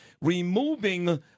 Removing